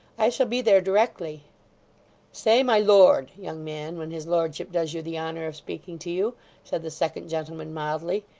i shall be there directly say my lord, young man, when his lordship does you the honour of speaking to you said the second gentleman mildly.